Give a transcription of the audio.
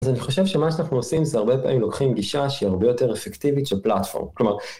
אז אני חושב שמה שאנחנו עושים, זה הרבה פעמים לוקחים גישה שהיא הרבה יותר אפקטיבית של platform, כלומר